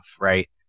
right